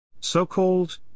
So-called